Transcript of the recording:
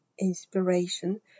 inspiration